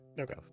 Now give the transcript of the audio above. Okay